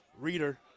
Reader